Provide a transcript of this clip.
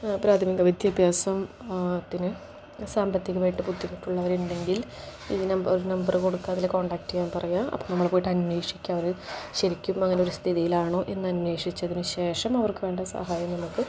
പ്രാഥമിക വിദ്യാഭ്യാസം ത്തിന് സാമ്പത്തികമായിട്ട് ബുദ്ധിമുട്ടുള്ളവരുണ്ടെങ്കിൽ ഇത് ന ഒരു നമ്പർ കൊടുക്കുക അതിൽ കോൺടാക്ട് ചെയ്യാൻ പറയാം അപ്പം നമ്മൾ പോയിട്ട് അന്വേഷിക്കുക അവർ ശരിക്കും അങ്ങനെ ഒരു സ്ഥിതിയിലാണോ എന്ന് അന്വേഷിച്ചതിനു ശേഷം അവർക്കു വേണ്ട സഹായം നമുക്ക്